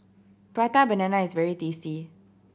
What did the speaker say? Prata Banana is very tasty